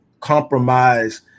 compromise